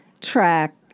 Track